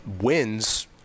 wins